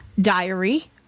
diary